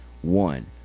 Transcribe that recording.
One